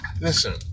listen